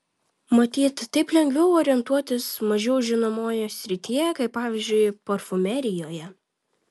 matyt taip lengviau orientuotis mažiau žinomoje srityje kaip pavyzdžiui parfumerijoje